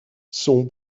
son